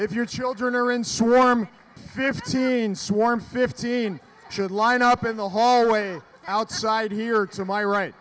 if your children are in sore arm fifteen swarm fifteen should line up in the hallway outside here to my right